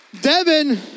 Devin